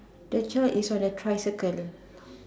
the child is on a tricycle